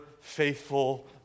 faithful